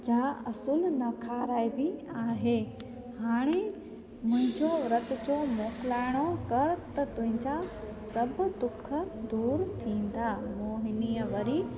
जा असूल न खाराइबी आहे हाणे मुंहिंजो रथ जो मोकिलाइणो कर त तुंहिंजा सभु दुखु दूरि थींदा मोहिनीअ वरी